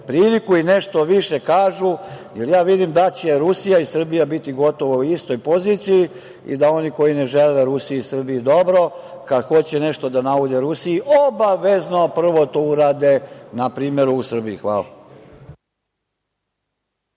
priliku i nešto više kažu, jer ja vidim da će Rusija i Srbija biti gotovo u istoj poziciji i da oni koji ne žele Rusiji i Srbiji dobro kad hoće nešto da naude Rusiji obavezno prvo to urade na primeru u Srbiji. Hvala.